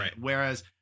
Whereas